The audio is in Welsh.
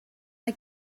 mae